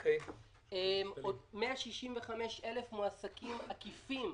יש עוד 165,000 מועסקים עקיפים: